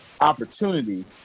opportunity